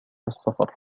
السفر